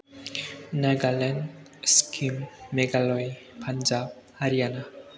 Nagaland Sikkim Meghalaya Punjab Haryana